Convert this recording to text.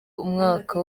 umwaka